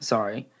Sorry